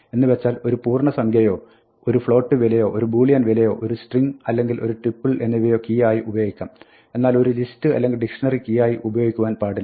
എന്ന് വെച്ചാൽ ഒരു പൂർണ്ണസംഖ്യയോ ഒരു float വിലയോ ഒരു ബൂളിയൻ വിലയോ ഒരു സ്ട്രിങ്ങ് അല്ലെങ്കിൽ ഒരു ടുപ്പിൾ എന്നിവയോ കീ ആയി ഉപയോഗിക്കാം എന്നാൽ ഒരു ലിസ്റ്റ് അല്ലെങ്കിൽ ഒരു ഡിക്ഷ്ണറി കീ ആയി ഉപയോഗിക്കുവാൻ പാടില്ല